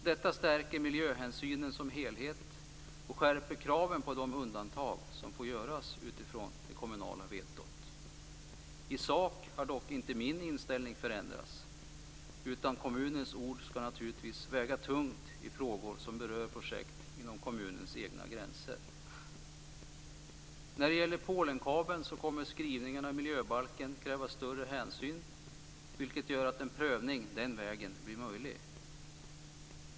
Detta stärker miljöhänsynen som helhet och skärper kraven på de undantag som får göras utifrån det kommunala vetot. I sak har dock inte min inställning förändrats, utan kommunens ord skall naturligtvis väga tungt i frågor som berör projekt inom kommunens egna gränser. När det gäller Polenkabeln kommer skrivningarna i miljöbalken att kräva större hänsyn, vilket gör att en prövning den vägen blir möjlig.